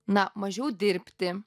na mažiau dirbti